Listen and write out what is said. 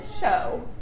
show